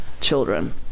children